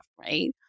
right